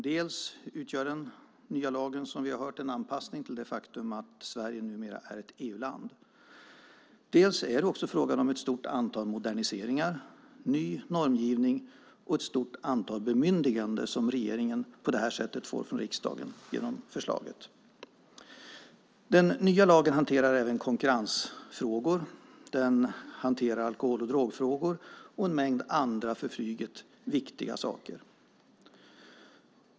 Dels utgör den nya lagen en anpassning till det faktum att Sverige numera är ett EU-land, dels är det också fråga om ett stort antal moderniseringar, ny normgivning och ett stort antal bemyndiganden som regeringen på det här sättet får från riksdagen. Den nya lagen hanterar även konkurrensfrågor. Den hanterar alkohol och drogfrågor och en mängd andra för flyget viktiga saker.